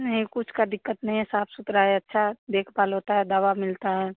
नहीं कुछ का दिक्कत नहीं है साफ सुथरा है अच्छा देखाभाल होता है दवा मिलता है